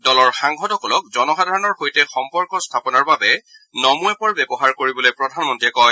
দলৰ সাংসদসকলক জনসাধাৰণৰ সৈতে সম্পৰ্ক স্থাপনৰ বাবে নমো এপ ব্যৱহাৰ কৰিবলৈ প্ৰধানমন্ত্ৰীয়ে কয়